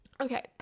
Okay